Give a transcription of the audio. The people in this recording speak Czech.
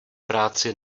práci